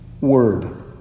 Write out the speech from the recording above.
word